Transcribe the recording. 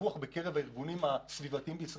לצערנו הרוח נהפכה למילה גסה בקרב הארגונים הסביבתיים בישראל.